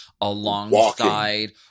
alongside